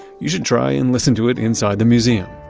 you should try and listen to it inside the museum.